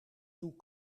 toe